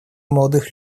молодых